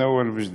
מההתחלה ומחדש.